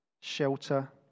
shelter